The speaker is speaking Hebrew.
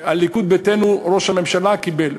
הליכוד ביתנו, ראש הממשלה קיבל.